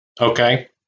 Okay